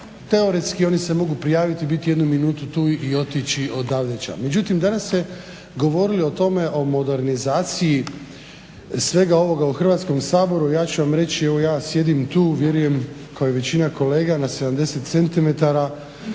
Teoretski oni se mogu prijaviti i biti jednu minutu tu i otići odavde ča. Međutim, danas se govorilo o tome o modernizaciji svega ovoga u Hrvatskom saboru. Ja ću vam reći, evo ja sjedim tu vjerujem kao i većina kolega na 70 cm, imam